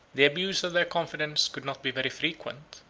the abuse of their confidence could not be very frequent,